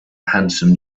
handsome